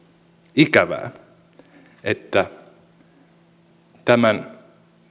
ikävää että tämän